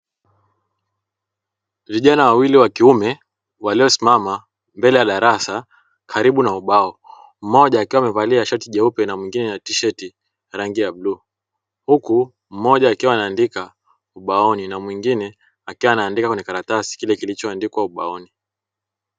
Vijana wawili wa kiume waliosimama mbele ya darasa karibu na ubao. Mmoja akiwa amevalia shati jeupe na mwingine tisheti ya rangi ya bluu, huku mmoja akiwa anaandika ubaoni na mwingine akiwa anaandika kwenye karatasi kile kilicho andikwa kwenye ubaoni.